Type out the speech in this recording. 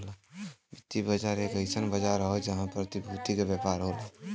वित्तीय बाजार एक अइसन बाजार हौ जहां प्रतिभूति क व्यापार होला